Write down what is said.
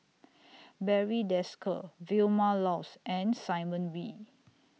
Barry Desker Vilma Laus and Simon Wee